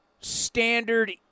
standard